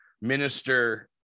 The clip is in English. minister